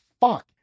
Fuck